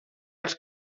els